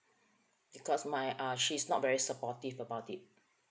because my uh she's not very supportive about it